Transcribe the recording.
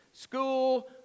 school